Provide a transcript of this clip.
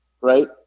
right